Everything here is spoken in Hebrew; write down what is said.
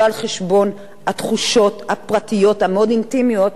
לא על חשבון התחושות הפרטיות, המאוד-אינטימיות.